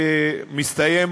והוא מסתיים